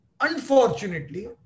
unfortunately